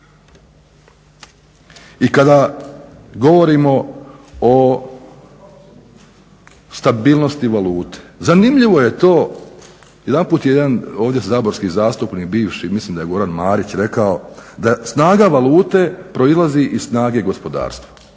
I kada govorimo o stabilnosti valute zanimljivo je to, jedanput je jedan ovdje saborski zastupnik bivši, mislim da je Goran Marić rekao, da snaga valute proizlazi iz snage gospodarstva.